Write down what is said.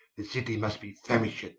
this citie must be famisht,